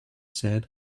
said